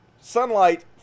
sunlight